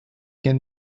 can